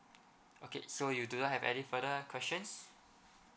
okay so you do not have any further questions